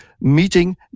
meeting